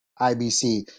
IBC